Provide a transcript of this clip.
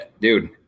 dude